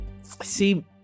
see